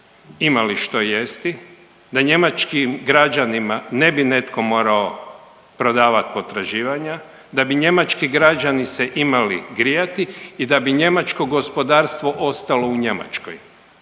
imali što jesti, da njemačkim građanima ne bi netko morao prodavati potraživanja, da bi njemački građani se imali grijati i da bi njemačko gospodarstvo ostalo u Njemačkoj.